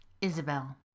Isabel